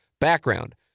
Background